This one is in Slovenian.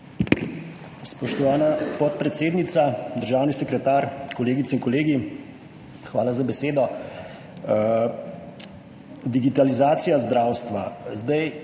Spoštovana podpredsednica, državni sekretar, kolegice in kolegi! Hvala za besedo. Digitalizacija zdravstva.